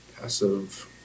Passive